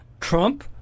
Trump